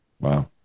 Wow